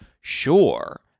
Sure